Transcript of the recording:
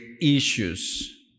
issues